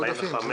בקשה